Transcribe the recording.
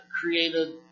created